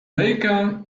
lejka